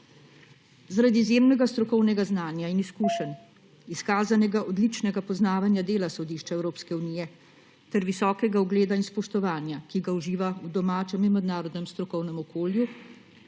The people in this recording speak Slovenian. Zaradi izjemnega strokovnega znanja in izkušenj, izkazanega odličnega poznavanja dela Sodišča Evropske unije ter visokega ugleda in spoštovanja, ki ga uživa v domačem in mednarodnem strokovnem okolju,